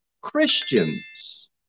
Christians